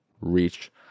reach